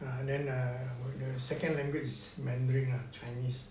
and then err the second language is mandarin ah chinese